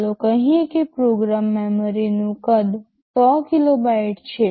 ચાલો કહી શકીએ કે પ્રોગ્રામ મેમરીનું કદ 100 કિલોબાઇટ છે